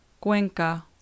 Cuenca